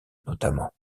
notamment